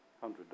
hundred